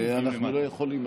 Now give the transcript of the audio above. אנחנו לא יכולים.